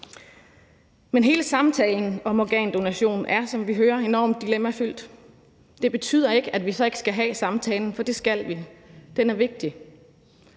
Men hele samtalen om organdonation er, som vi hører, enormt dilemmafyldt. Det betyder ikke, at vi så ikke skal have samtalen, for det skal vi – den er vigtig.